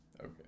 Okay